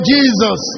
Jesus